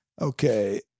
Okay